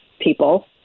people